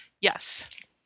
Yes